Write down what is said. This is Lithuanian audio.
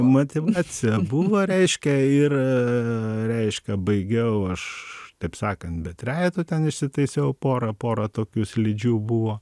motyvacija buvo reiškia ir reiškia baigiau aš taip sakant be trejetų ten išsitaisiau pora pora tokių slidžių buvo